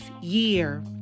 year